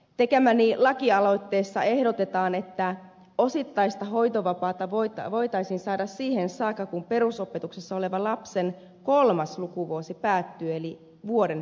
tekemässäni lakialoitteessa ehdotetaan että osittaista hoitovapaata voisi saada siihen saakka kun perusopetuksessa olevan lapsen kolmas lukuvuosi päättyy eli vuoden pidennystä